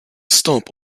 stop